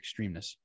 extremeness